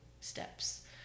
steps